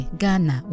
Ghana